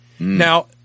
Now